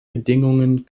bedingungen